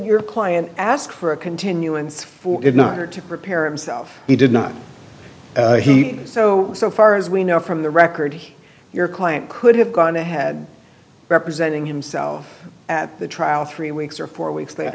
your client ask for a continuance or if not or to prepare himself he did not he so so far as we know from the record your client could have gone ahead representing himself at the trial three weeks or four weeks th